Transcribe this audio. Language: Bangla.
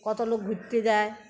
কত লোক ঘুরতে যায়